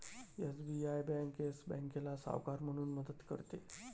SBI bank Yes बँकेला सावकार म्हणून मदत करते